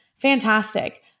fantastic